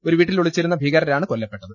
ഒരു വീട്ടിൽ ഒളിച്ചിരുന്ന ഭീകരരാണ് കൊല്ല പ്പെട്ടത്